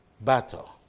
Battle